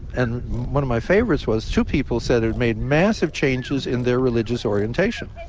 and one of my favorites was two people said it made massive changes in their religious orientation.